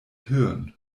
hirn